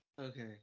Okay